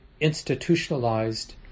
institutionalized